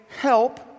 help